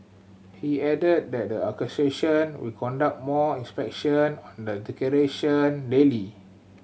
he added that the association will conduct more inspection on the decoration daily